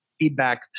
Feedback